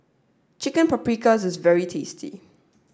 Chicken Paprikas is very tasty